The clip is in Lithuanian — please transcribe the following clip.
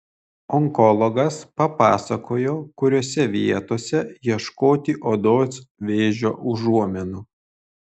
onkologas papasakojo kuriose vietose ieškoti odos vėžio užuominų